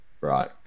right